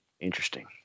interesting